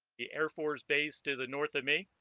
the air force base to the north of me